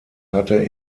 hatte